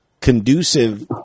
conducive